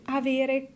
avere